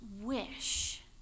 wish